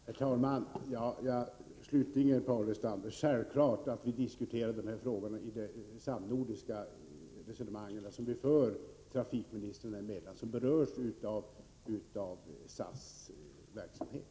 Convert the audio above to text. Herr talman! Slutligen, Paul Lestander, vill jag framhålla att de här frågorna självfallet diskuteras i de samnordiska resonemang som förs trafikministrarna emellan. Det gäller alltså de länder som berörs av SAS verksamhet.